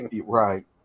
right